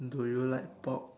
do you like pork